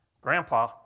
Grandpa